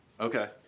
Okay